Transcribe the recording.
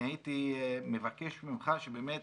אני הייתי מבקש ממך, באמת